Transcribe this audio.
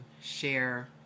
share